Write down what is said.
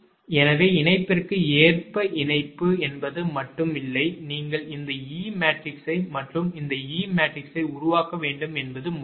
எனவே இணைப்பிற்கு ஏற்ப இணைப்பு என்பது மட்டும் இல்லை நீங்கள் இந்த e மேட்ரிக்ஸ் மற்றும் e மேட்ரிக்ஸை உருவாக்க வேண்டும் என்பது முக்கியம்